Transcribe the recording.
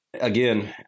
again